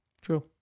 True